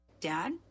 Dad